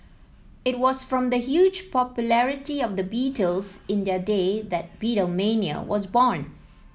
it was from the huge popularity of the Beatles in their day that Beatlemania was born